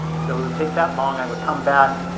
so it would take that long. i would come back,